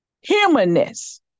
humanness